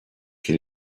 can